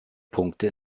punkte